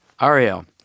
Ariel